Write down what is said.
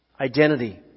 identity